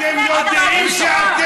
אתם יודעים שאתם,